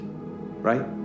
right